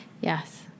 Yes